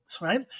right